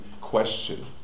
question